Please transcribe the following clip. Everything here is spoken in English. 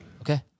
Okay